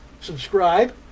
Subscribe